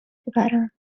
ببرم